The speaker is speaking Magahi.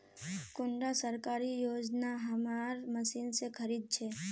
कुंडा सरकारी योजना हमार मशीन से खरीद छै?